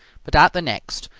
but at the next,